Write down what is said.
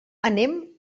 anem